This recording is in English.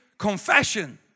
confession